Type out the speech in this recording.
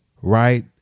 right